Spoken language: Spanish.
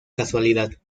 casualidad